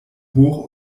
hoch